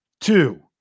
two